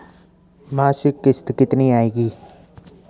मासिक किश्त कितनी आएगी?